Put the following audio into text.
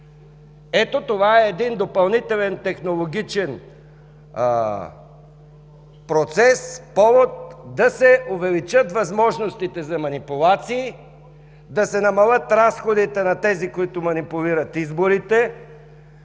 Ето това е допълнителен технологичен процес, повод да се увеличат възможностите за манипулации, да се намалят разходите на тези, които манипулират изборите,